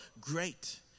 great